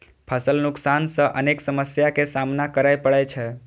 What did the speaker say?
फसल नुकसान सं अनेक समस्या के सामना करै पड़ै छै